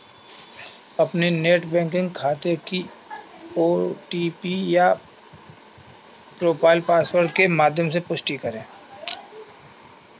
अपने net banking खाते के ओ.टी.पी या प्रोफाइल पासवर्ड के माध्यम से पुष्टि करें